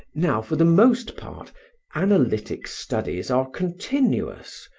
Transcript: now, for the most part analytic studies are continuous,